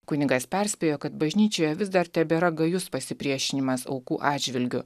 kunigas perspėjo kad bažnyčioje vis dar tebėra gajus pasipriešinimas aukų atžvilgiu